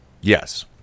Yes